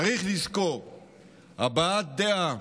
צריך לזכור: הבעת דעה,